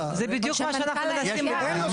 זה בדיוק מה שאנחנו מנסים להגיד.